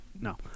No